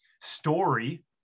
story